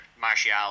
Martial